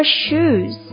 shoes